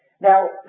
Now